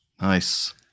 Nice